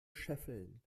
scheffeln